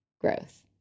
growth